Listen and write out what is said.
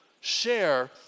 share